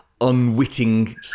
unwitting